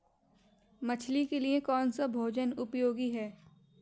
मछली के लिए कौन सा भोजन उपयोगी है?